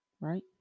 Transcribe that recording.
Right